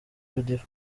judith